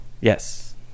yes